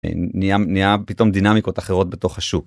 נהיה פתאום דינמיקות אחרות בתוך השוק.